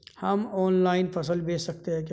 हम ऑनलाइन फसल बेच सकते हैं क्या?